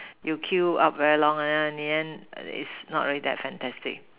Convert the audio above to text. you queue up very long then in the end it's not real that fantastic